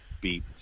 beat